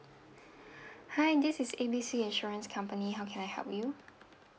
hi this is A B C insurance company how can I help you